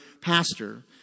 pastor